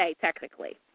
technically